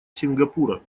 сингапура